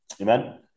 Amen